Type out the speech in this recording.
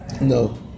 No